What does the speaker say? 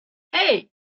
hey